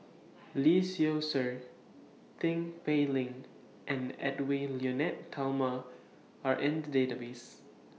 Lee Seow Ser Tin Pei Ling and Edwy Lyonet Talma Are in The Database